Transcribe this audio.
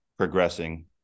progressing